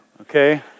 okay